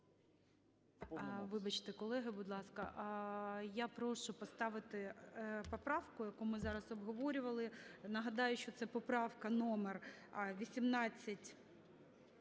Вибачте, колеги, будь ласка. Я прошу поставити поправку, яку ми зараз обговорювали, нагадаю, що це поправка номер 1420,